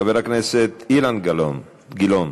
חבר הכנסת אילן גילאון,